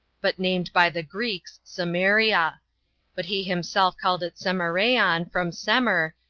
but named by the greeks samaria but he himself called it semareon, from semer,